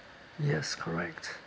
yes correct